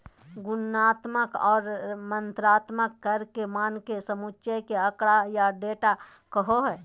गुणात्मक और मात्रात्मक कर के मान के समुच्चय के आँकड़ा या डेटा कहो हइ